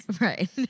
Right